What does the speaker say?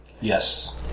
Yes